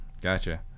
gotcha